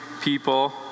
people